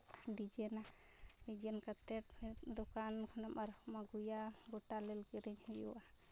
ᱰᱤᱡᱟᱭᱤᱱᱟ design ᱠᱟᱛᱮᱫ ᱫᱚᱠᱟᱱ ᱠᱷᱚᱱᱮᱢ ᱟᱨᱦᱚᱢ ᱟᱹᱜᱩᱭᱟ ᱜᱚᱴᱟ ᱞᱤᱞ ᱠᱤᱨᱤᱧ ᱦᱩᱭᱩᱜᱼᱟ